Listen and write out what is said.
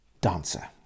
dancer